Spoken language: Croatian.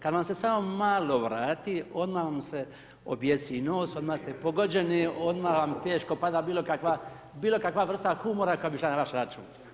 Kada vam se samo malo vrati, odmah vam se objesi nos, odmah ste pogođeni, odmah vam teško pada bilo kakva vrsta humora koji bi išao na vaš račun.